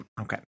okay